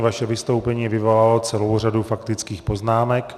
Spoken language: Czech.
Vaše vystoupení vyvolalo celou řadu faktických poznámek.